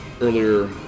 earlier